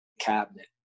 cabinet